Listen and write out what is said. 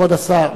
כבוד השר.